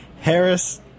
Harris